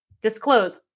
disclose